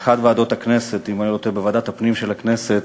באחת מוועדות הכנסת,